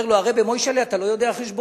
אומר לו הרעבע: מוישהל'ה, אתה לא יודע חשבון.